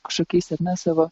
kažkokiais ar ne savo